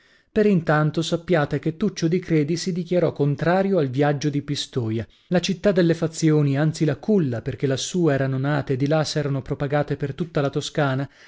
per intanto sappiate che tuccio di credi si dichiarò contrario al viaggio di pistoia la città delle fazioni anzi la culla perchè lassù erano nate e di là s'erano propagate per tutta la toscana